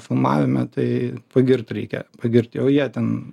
filmavime tai pagirt reikia pagirt jau jie ten